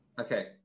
Okay